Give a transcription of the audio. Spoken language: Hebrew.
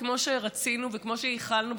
כמו שרצינו וכמו שייחלנו,